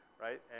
right